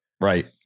Right